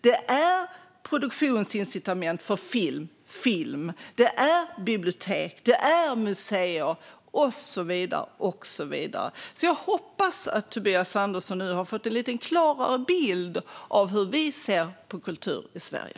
Det är produktionsincitament för film, det är bibliotek, det är museer och så vidare, och så vidare. Jag hoppas att Tobias Andersson nu har fått en lite klarare bild av hur vi ser på kultur i Sverige.